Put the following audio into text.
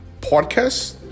podcast